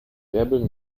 bärbel